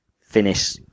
finish